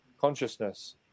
consciousness